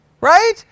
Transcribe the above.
right